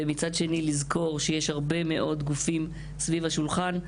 ומצד שני, לזכור שיש הרבה מאוד גופים סביב השולחן,